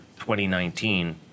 2019